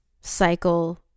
cycle